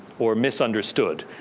or misunderstood.